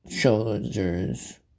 soldiers